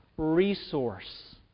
resource